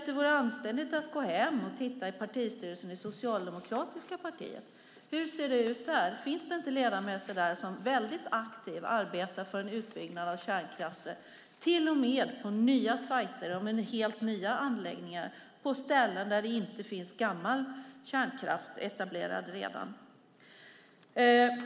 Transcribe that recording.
Det vore anständigt att gå hem och titta på partistyrelsen i det socialdemokratiska partiet för att se om där inte finns ledamöter som aktivt arbetar för en utbyggnad av kärnkraften, till och med på nya platser, och för helt nya anläggningar på ställen där det inte redan finns kärnkraft etablerad.